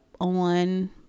on